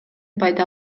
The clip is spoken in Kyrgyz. пайда